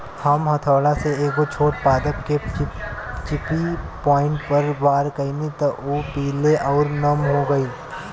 हम हथौड़ा से एगो छोट पादप के चिपचिपी पॉइंट पर वार कैनी त उ पीले आउर नम हो गईल